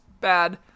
bad